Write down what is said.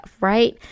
right